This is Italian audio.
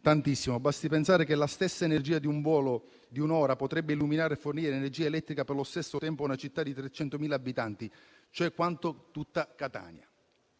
Tantissimo. Basti pensare che la stessa energia di un volo di un'ora potrebbe illuminare e fornire energia elettrica per lo stesso tempo a una città di 300.000 abitanti, vale a dire quanto tutta Catania.